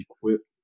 equipped